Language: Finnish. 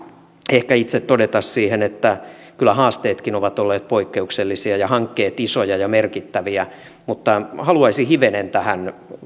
ehkä itse todeta siihen että kyllä haasteetkin ovat olleet poikkeuksellisia ja hankkeet isoja ja merkittäviä mutta haluaisin hivenen tästä